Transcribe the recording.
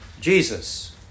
Jesus